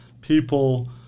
people